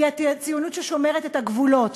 היא הציונות ששומרת את הגבולות.